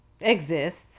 exists